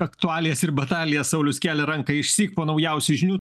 aktualijas ir batalijas saulius kėlė ranką išsyk po naujausių žinių